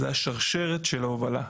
זה השרשרת של ההובלה.